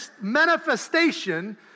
manifestation